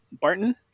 Barton